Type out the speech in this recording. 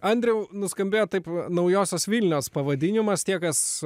andriau nuskambėjo taip naujosios vilnios pavadinimas tie kas